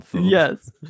Yes